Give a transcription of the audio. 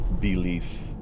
belief